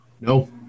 No